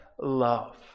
love